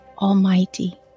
Almighty